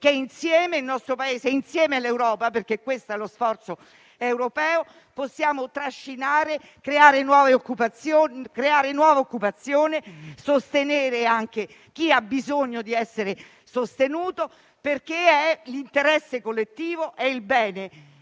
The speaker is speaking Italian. che il nostro Paese, insieme all'Europa - perché questo è lo sforzo europeo - possiamo trascinare, creare nuova occupazione e sostenere anche chi ha bisogno di essere sostenuto, perché è nell'interesse collettivo. Altrimenti